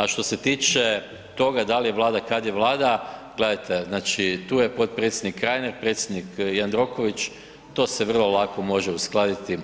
A što se tiče toga dal je Vlada, kad je Vlada, gledajte, znači tu je potpredsjednik Reiner, predsjednik Jandroković, to se vrlo lako može uskladiti